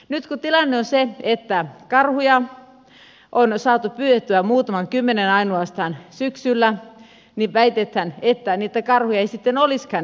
nyt kun tilanne on se että karhuja on saatu pyydettyä ainoastaan muutama kymmenen syksyllä niin väitetään että niitä karhuja ei sitten olisikaan enempää